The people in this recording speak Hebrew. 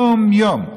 יום-יום,